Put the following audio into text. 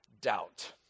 Doubt